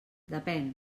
depèn